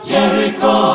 Jericho